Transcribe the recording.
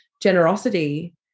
generosity